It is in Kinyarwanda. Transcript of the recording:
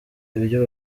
ibyo